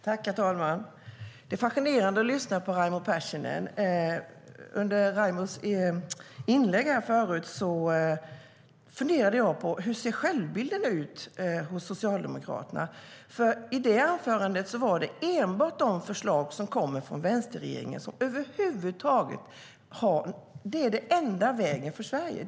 Herr talman! Det är fascinerande att lyssna på Raimo Pärssinen. Under Raimos tidigare anförande funderade jag på hur självbilden ser ut hos Socialdemokraterna. I det anförandet gavs bilden att det är enbart de förslag som kommer från vänsterregeringen som över huvud taget är något att ha. Det är tydligen den enda vägen för Sverige.